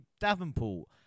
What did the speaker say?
Davenport